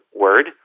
Word